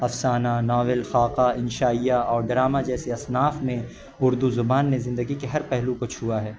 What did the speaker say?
افسانہ ناول خاکہ انشائیہ اور ڈرامہ جیسیے اصناف میں اردو زبان نے زندگی کے ہر پہلو کو چھوا ہے